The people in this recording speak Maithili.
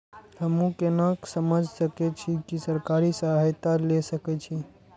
हमू केना समझ सके छी की सरकारी सहायता ले सके छी?